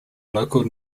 local